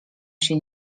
się